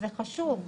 זה חשוב.